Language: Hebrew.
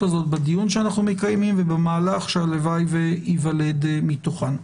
הדיונים שאנחנו מקיימים ובמהלך שהלוואי וייוולד כתוצאה מהם.